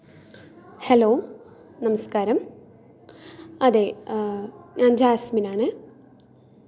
ഞാൻ പ്രാദേശികമായി കാണുന്ന യൂട്യൂബ് ചാനൽ വച്ചാൽ കരിക്ക് അലമ്പൻസ് അരുൺ പ്രദീപ് എന്നിവരുടെയാണ്